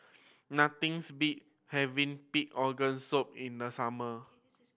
nothings beat having pig organ soup in the summer